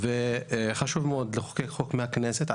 ולכן חשוב לחוקק חוק מהכנסת,